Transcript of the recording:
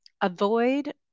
Avoid